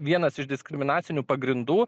vienas iš diskriminacinių pagrindų